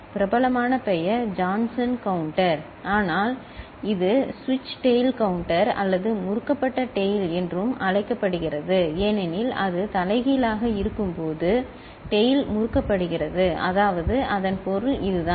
பிரபலமான பெயர் Johnson counter ஆனால் இது சுவிட்ச் டெயில் கவுண்டர் அல்லது முறுக்கப்பட்ட டெயில் என்றும் அழைக்கப்படுகிறது ஏனெனில் அது தலைகீழாக இருக்கும்போது டெயில்முறுக்கப்படுகிறது அதாவது அதன் பொருள் இதுதான்